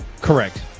Correct